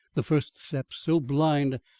the first steps so blind,